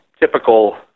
typical